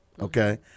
Okay